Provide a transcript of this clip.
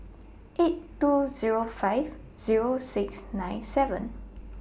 eight two Zero five Zero six nine seven